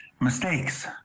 mistakes